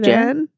Jen